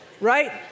right